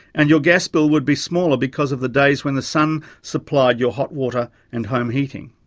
and your gas bill would be smaller because of the days when the sun supplied your hot water and home heating.